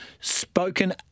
spoken